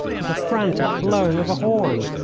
with the frantic blowing of a horn.